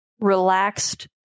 relaxed